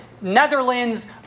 Netherlands